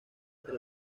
entre